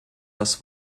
das